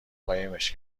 قایمش